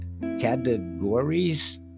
categories